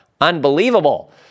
Unbelievable